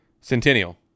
Centennial